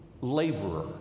laborer